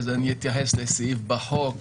אתייחס לסעיף בחוק,